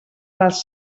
les